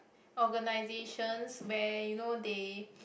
organizations where you know they